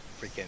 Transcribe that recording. freaking